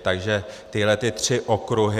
Takže tyhle tři okruhy.